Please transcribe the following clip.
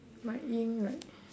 my ink like